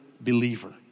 believer